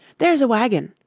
there's a wagon!